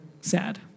sad